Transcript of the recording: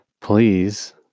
please